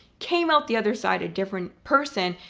came out the other side a different person,